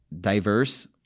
diverse